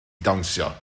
dawnsio